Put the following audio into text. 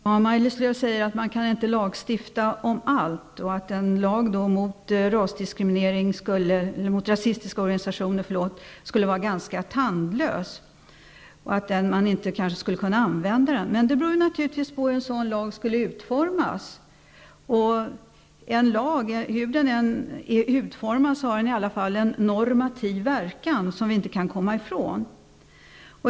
Herr talman! Maj-Lis Lööw sade att man inte kan lagstifta om allt, att en lag mot rasistiska organisationer skulle vara ganska tandlös och att man inte skulle kunna använda den. Det beror naturligtvis på hur en sådan lag skulle utformas. Hur en lag än är utformad har den i alla fall en normativ verkan, som vi inte kan komma ifrån.